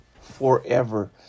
forever